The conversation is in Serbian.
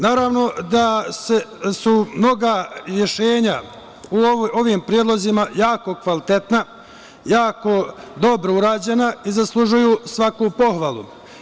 Naravno da su mnoga rešenja u ovim predlozima jako kvalitetna, jako dobro urađena i zaslužuju svaku pohvalu.